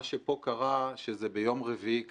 מה שפה קרה שזה ביום רביעי,